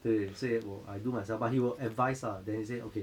对对所以我 I do myself but he will advise lah then he say okay